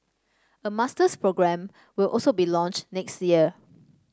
a masters programme will also be launched next year